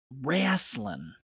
wrestling